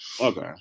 okay